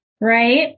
right